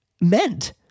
meant